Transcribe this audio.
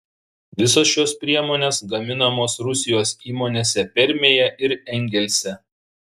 visos šios priemonės gaminamos rusijos įmonėse permėje ir engelse